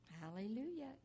Hallelujah